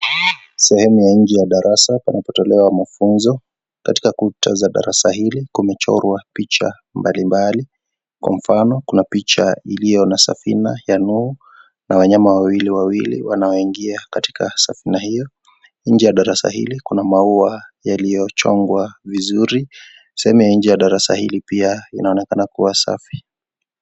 Sehemu ya nje ya darasa panapo tolewa mafunzo, katika kuta za darasa hili kumechorwa picha, mbali mbali, kwa mfano, kuna picha iliyo na safina, ya Nuhu, na wanyama wawili wawili wanao ingia katika safina hio, nje ya darasa hili kuna maua, yaliyochongwa, vizuri, sehemu ya nje ya darasa hili pia, inaonekana kuwa safi.